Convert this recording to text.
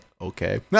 okay